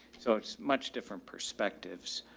so it's much different perspectives.